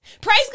Praise